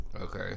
Okay